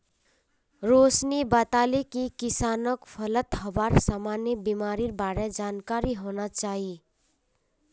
रोशिनी बताले कि किसानक फलत हबार सामान्य बीमारिर बार जानकारी होना चाहिए